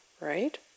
right